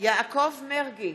יעקב מרגי,